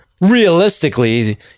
Realistically